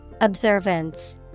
Observance